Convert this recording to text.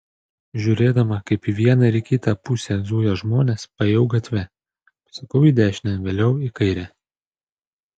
žiūrėdama kaip į vieną ir į kitą pusę zuja žmonės paėjau gatve pasukau į dešinę vėliau į kairę